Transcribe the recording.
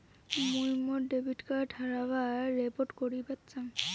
মুই মোর debit card হারানোর রিপোর্ট করিবার চাই